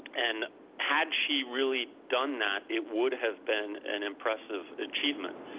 and had she really done that, it would have been an impressive achievement,